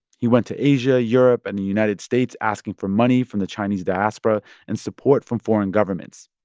he went to asia, europe and the united states, asking for money from the chinese diaspora and support from foreign governments.